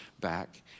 back